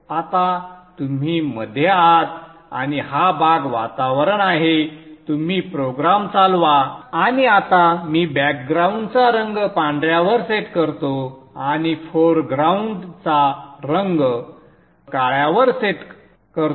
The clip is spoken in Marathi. आता तुम्ही मध्ये आहात आणि हा भाग वातावरण आहे तुम्ही प्रोग्राम चालवा आणि आता मी बॅकग्राऊंडचा रंग पांढऱ्यावर सेट करतो आणि फोरग्राऊंड रंग काळ्यावर वर सेट करतो